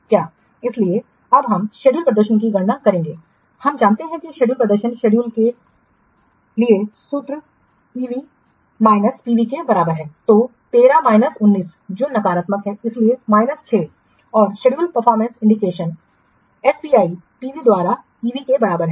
क्या इसलिए अब हम शेड्यूल प्रदर्शन की गणना करेंगे हम जानते हैं कि शेड्यूल प्रदर्शन शेड्यूल के लिए सूत्र ईवी माइनस पीवी के बराबर है तो 13 ऋण 19 जो नकारात्मक है इसलिए माइनस 6 और schedule performance indication SPI P V द्वारा ईवी के बराबर है